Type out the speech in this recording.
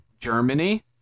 Germany